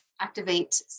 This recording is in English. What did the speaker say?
activate